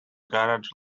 garage